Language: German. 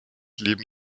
leben